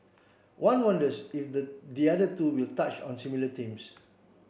one wonders if the the other two will touch on similar themes